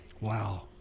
Wow